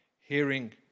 Hearing